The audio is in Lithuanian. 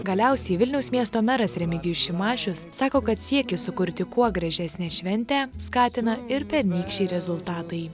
galiausiai vilniaus miesto meras remigijus šimašius sako kad siekis sukurti kuo gražesnę šventę skatina ir pernykščiai rezultatai